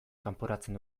kanporatzen